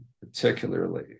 particularly